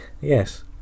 yes